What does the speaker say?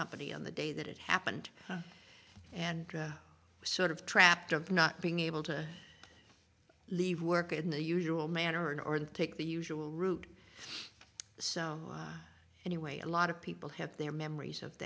company on the day that it happened and so out of trapped of not being able to leave work in the usual manner in order to take the usual route so anyway a lot of people have their memories of